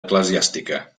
eclesiàstica